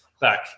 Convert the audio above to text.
back